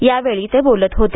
या वेळी ते बोलत होते